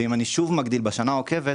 ואם אני שוב מגדיל בשנה העוקבת,